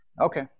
Okay